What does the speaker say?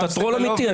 אתה טרול אמיתי.